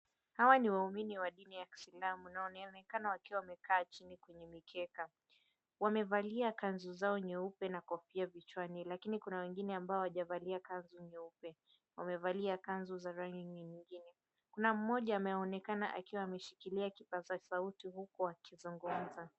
Hawa ni waumini wa dini ya kiislamu na wanaonekana wakiwa wamekaa chini kwenye mikeka. Wamevalia kanzu zao nyeupe na kofia vichwani, lakini kuna wengine ambao hawajavalia kanzu nyeupe, wamevalia kanzu za rangi nyingine. Kuna mmoja ameonekana akiwa ameshikilia kipaza sauti huku akizungumza.